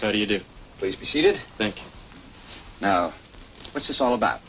how do you do please be seated thank you what's this all about